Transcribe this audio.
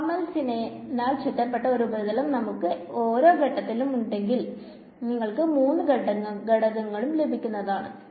നോർമൽസിനാൽ ചുറ്റപ്പെട്ട ഒരു ഉപരിതലം നമുക്ക് ഓരോ ഘടകത്തിലും ഉണ്ടെങ്കിൽ നിങ്ങൾക്ക് 3 ഘടകങ്ങളും ലഭിക്കുന്നതാണ്